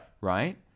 Right